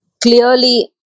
Clearly